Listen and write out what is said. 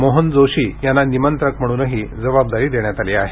मोहन जोशी यांना निमंत्रक म्हणूनही जबाबदारी देण्यात आली आहे